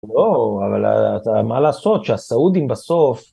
‫לא, אתה אבל מה לעשות, ‫שהסעודים בסוף...